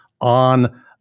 on